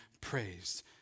praised